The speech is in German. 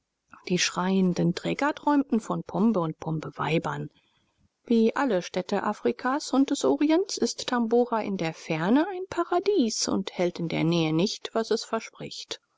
die schreienden träger träumten von pombe und pombeweibern wie alle städte afrikas und des orients ist tabora in der ferne ein paradies und hält in der nähe nicht was es verspricht